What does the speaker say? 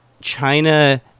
China